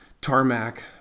tarmac